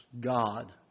God